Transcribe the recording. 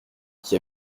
qui